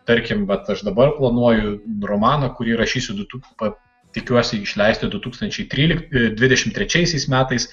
tarkim vat aš dabar planuoju ramaną kurį rašysiu du tū tikiuosi išleisti du tūkstančiai tryl dvidešimt trečiaisiais metais